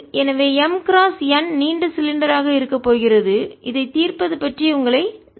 எனவே M cross n நீண்ட சிலிண்டராக இருக்கப்போகிறது இதைத் தீர்ப்பது பற்றி உங்களை சிந்திக்க அனுமதிக்கிறேன்